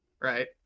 right